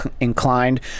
inclined